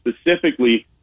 specifically